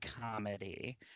comedy